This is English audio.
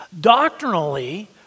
Doctrinally